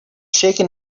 shaken